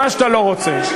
מה שאתה לא רוצה.